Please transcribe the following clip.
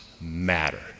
matter